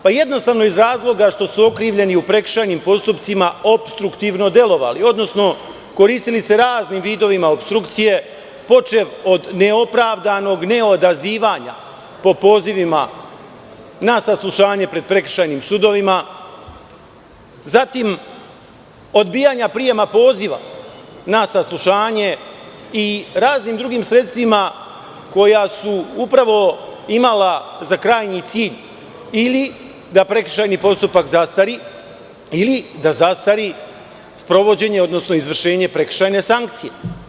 Pa jednostavno iz razloga što su okrivljeni u prekršajnim postupcima opstruktivno delovali, odnosno koristili se raznim vidovima opstrukcije počev od neopravdanog neodazivanja po pozivima na saslušanje pred prekršajnim sudovima, zatim odbijanja prijema poziva na saslušanje i raznim drugim sredstvima koja su upravo imala za krajnji cilj ili da prekršajni postupak zastari ili da zastari sprovođenje odnosno izvršenje prekršajne sankcije.